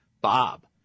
Bob